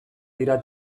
dira